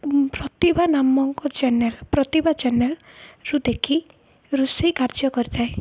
ପ୍ରତିଭା ନାମଙ୍କ ଚ୍ୟାନେଲ୍ ପ୍ରତିଭା ଚ୍ୟାନେଲ୍ରୁ ଦେଖି ରୋଷେଇ କାର୍ଯ୍ୟ କରିଥାଏ